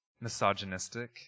misogynistic